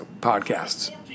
podcasts